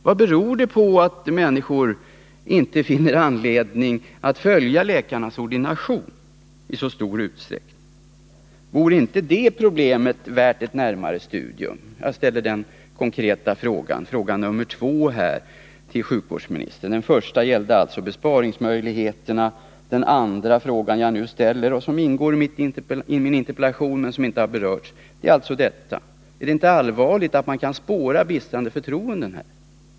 Vad är anledningen till att människor i så stor utsträckning inte finner anledning att följa läkarnas ordination? Vore inte det problemet värt ett närmare studium? Detta är min andra konkreta fråga till sjukvårdsministern. Den första gällde besparingsmöjligheterna och den andra frågan, som ställdes i interpellationen men som inte har berörts i svaret, är alltså om det inte är allvarligt att man på detta område kan spåra ett bristande förtroende.